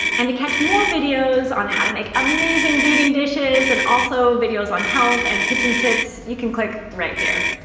and to catch more videos on how to make amazing vegan dishes, and also videos on health and kitchen tips, you can click right here.